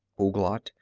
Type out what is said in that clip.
ouglat,